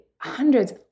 hundreds